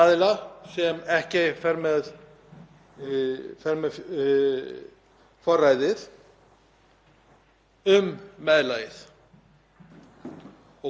og greiðir það síðan til þess sem er með forræði yfir börnunum. Segjum að konan sé með forræði yfir börnunum